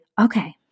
okay